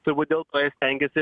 turbūt dėl to ir stengiasi